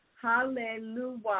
hallelujah